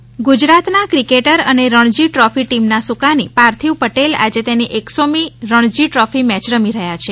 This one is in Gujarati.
રણજી ટ્રોફી ગુજરાતના ક્રિકેટર અને રણજી ટ્રોફી ટીમના સુકાની પાર્થિવ પટેલ આજે તેની એક્સોમી રણજી ટ્રોફી મેચ રમી રહ્યા છે